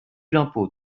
l’impôt